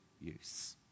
use